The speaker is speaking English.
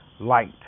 light